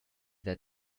that